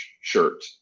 shirt